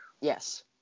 Yes